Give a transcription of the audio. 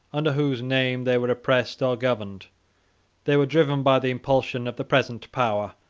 under whose name they were oppressed or governed they were driven by the impulsion of the present power,